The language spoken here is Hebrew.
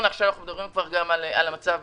ועכשיו אנחנו מדברים גם על המצב הביטחוני.